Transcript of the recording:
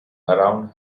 around